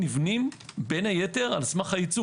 המאגרים נבנים בין היתר על סמך הייצוא